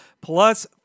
plus